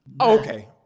Okay